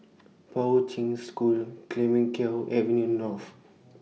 Poi Ching School Clemenceau Avenue North